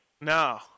No